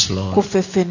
Lord